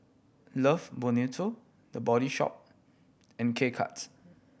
Love Bonito The Body Shop and K Cuts